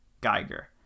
Geiger